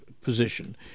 position